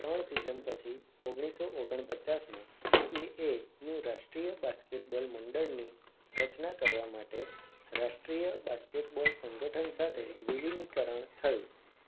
ત્રણ સિઝન પછી ઓગણીસ સો ઓગણ પચાસમાં બી એ એ નું રાષ્ટ્રીય બાસ્કેટબોલ મંડળની રચના કરવા માટે રાષ્ટ્રીય બાસ્કેટબોલ સંગઠન સાથે વિલિનીકરણ થયું